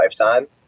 lifetime